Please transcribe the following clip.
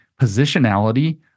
positionality